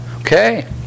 Okay